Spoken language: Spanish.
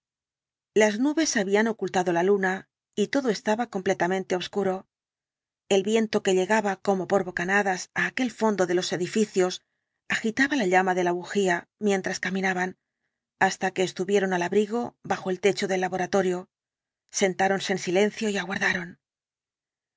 las nubes habían ocultado la luna y todo estaba completamente obscuro el viento que llegaba como por bocanadas á aquel fondo de los edificios agitaba la llama de la bujía mientras caminaban hasta que estuvieron al abrigo bajo el techo del laboratorio sentáronse en silencio y aguardaron a